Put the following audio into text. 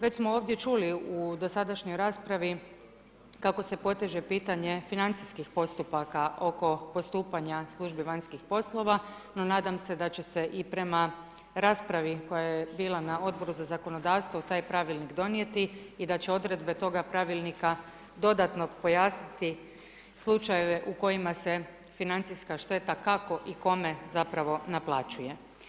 Već smo ovdje čuli u dosadašnjoj raspravi, kako se proteže pitanje financijskih postupaka oko postupanja službe vanjskih poslova, no nadam e daće se i prema raspravi, koja je bila na Odboru za zakonodavstvo taj pravilnik donijeti i da će odredbe toga pravilnika dodatno pojasniti slučajeve u kojima se financijska šteta kako i kome zapravo naplaćuje.